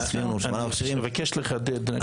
אני מבקש לחדד.